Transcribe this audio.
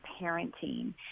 parenting